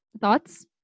Thoughts